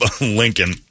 Lincoln